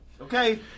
Okay